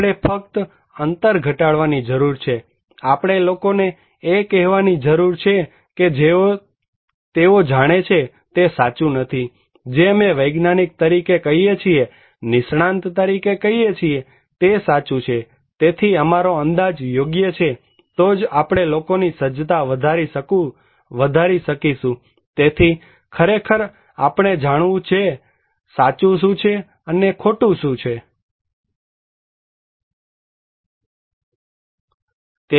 આપણે ફક્ત અંતર ઘટાડવાની જરૂર છેઆપણે લોકોને એ કહેવાની જરૂર છે કે જે તેઓ જાણે છે તે સાચું નથી જે અમે વૈજ્ઞાનિક તરીકે કહીએ છીએ નિષ્ણાત તરીકે કહીએ છીએ તે સાચું છે તેથી અમારો અંદાજો યોગ્ય છે તો જ આપણે લોકોની સજ્જતા વધારી શકીશું તેથી ખરેખર આપણે જાણવું જોઈએ કે સાચું શું છે શું ખોટું નથી